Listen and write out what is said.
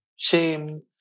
Shame